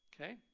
okay